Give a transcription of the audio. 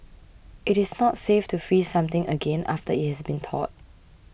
it is not safe to freeze something again after it has thawed